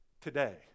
today